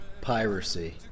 piracy